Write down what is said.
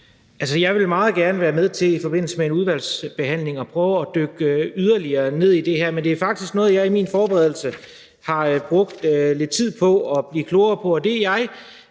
(S): Jeg vil meget gerne være med til i forbindelse med en udvalgsbehandling at prøve at dykke yderligere ned i det her. Men det er faktisk noget, jeg i min forberedelse har brugt lidt tid på at blive klogere på, og det, jeg